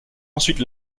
ensuite